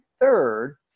third